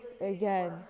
again